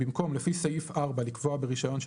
במקום "לפי סעיף 4 לקבוע ברישיון של